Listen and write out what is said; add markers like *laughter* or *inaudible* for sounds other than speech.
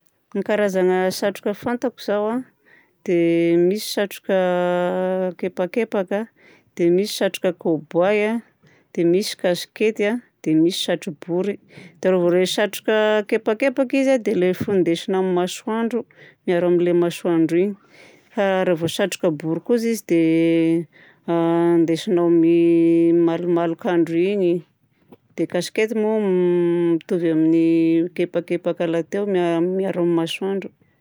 Ny karazagna satroka fantako izao a: dia misy satroka *hesitation* kepakepaka, dia misy satroka kôbohay a, dia misy kasikety a, dia misy satro-bory. Dia rehefa ireny satroka kepakepaka izy a dia ilay findesina amin'ny masoandro miaro amin'ilay masoandro iny. Raha vao sarotra bory kosa izy dia *hesitation* andesinao amin'ny *hesitation* malomalok'andro iny. Dia kasikety moa *hesitation* mitovy amin'ny kepakepaka lahateo mia- miaro amin'ny masoandro.